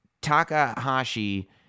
Takahashi